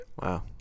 Wow